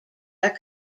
are